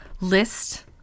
List